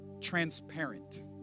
transparent